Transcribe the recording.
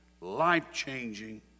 life-changing